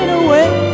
away